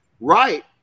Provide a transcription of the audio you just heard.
right